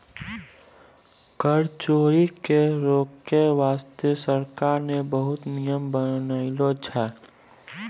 कर चोरी के रोके बासते सरकार ने बहुते नियम बनालो छै